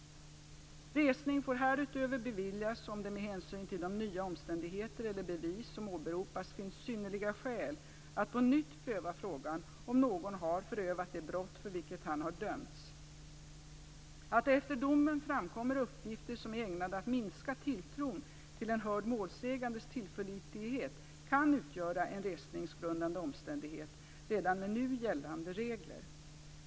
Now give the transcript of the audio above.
Resning får härutöver beviljas om det med hänsyn till de nya omständigheter eller bevis som åberopas finns synnerliga skäl att på nytt pröva frågan om någon har förövat det brott för vilket han har dömts. Att det efter domen framkommer uppgifter som är ägnade att minska tilltron till en hörd målsägandes tillförlitlighet kan utgöra en resningsgrundande omständighet redan med nu gällande regler.